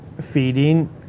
Feeding